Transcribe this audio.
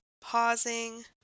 pausing